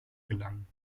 gelangen